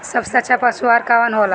सबसे अच्छा पशु आहार कवन हो ला?